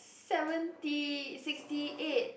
seventy sixty eight